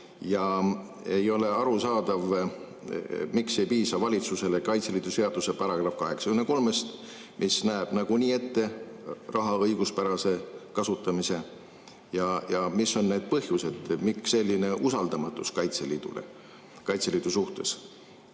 Ja ei ole arusaadav, miks ei piisa valitsusele Kaitseliidu seaduse §-st 83, mis näeb nagunii ette raha õiguspärase kasutamise. Mis on need põhjused, miks selline usaldamatus Kaitseliidu suhtes? Kas